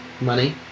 Money